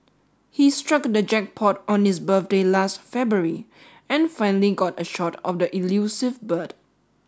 he struck the jackpot on his birthday last February and finally got a shot of the elusive bird